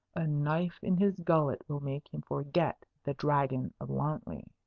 a knife in his gullet will make him forget the dragon of wantley.